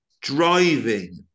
driving